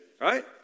right